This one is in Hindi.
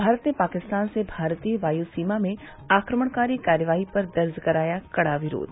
भारत ने पाकिस्तान से भारतीय वायु सीमा में आक्रमणकारी कार्रवाई पर दर्ज कराया कड़ा विरोध